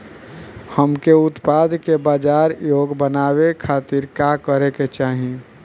हमके उत्पाद के बाजार योग्य बनावे खातिर का करे के चाहीं?